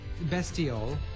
Bestiol